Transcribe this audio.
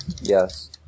Yes